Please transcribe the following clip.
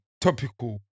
Topical